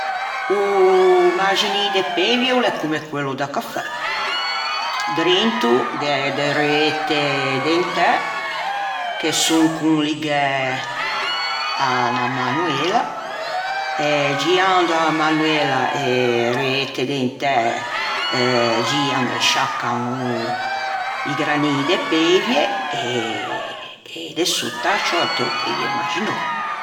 O maxinin de peivie o l'é comme quello da cafè. Drento gh'é de reuette dentæ che son conligæ à unna manoela e giando a manoela e reuette dentæ gian e sciaccan i granin de peivie e de sotta sciòrte o peivie maxinou.